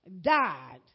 died